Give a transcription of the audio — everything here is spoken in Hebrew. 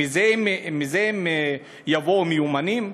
מזה הם יבואו מיומנים?